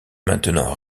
maintenant